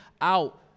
out